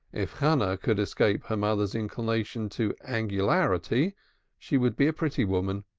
if hannah could escape her mother's inclination to angularity she would be a pretty woman.